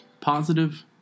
positive